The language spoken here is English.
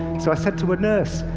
so i said to a nurse,